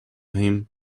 him